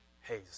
hey